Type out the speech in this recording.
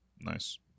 Nice